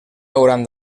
hauran